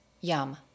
yum